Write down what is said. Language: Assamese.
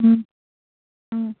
ও ও